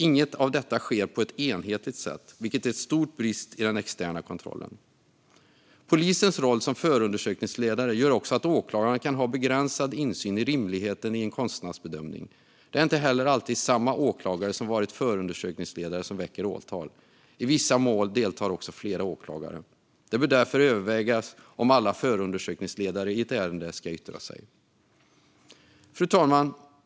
Inget av detta sker på ett enhetligt sätt, vilket är en stor brist i den externa kontrollen. Polisens roll som förundersökningsledare gör också att åklagaren kan ha begränsad insyn i rimligheten i en kostnadsbedömning. Det är heller inte alltid samma åklagare som varit förundersökningsledare som väcker åtal. I vissa mål deltar också flera åklagare. Det bör därför övervägas om alla förundersökningsledare i ett ärende ska yttra sig. Fru talman!